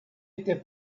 était